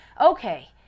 okay